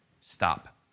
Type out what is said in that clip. stop